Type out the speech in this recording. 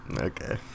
Okay